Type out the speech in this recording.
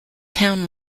town